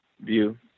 view